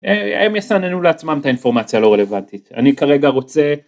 הם יסננו לעצמם את האינפורמציה הרלוונטית. אני כרגע רוצה